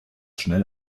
schnell